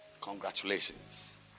Congratulations